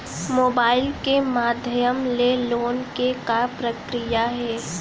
Mobile के माधयम ले लोन के का प्रक्रिया हे?